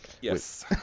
Yes